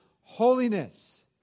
holiness